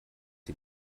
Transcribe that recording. sie